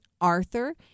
Arthur